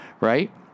right